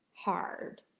hard